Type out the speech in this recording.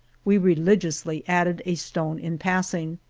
we religiously added a stone in passing.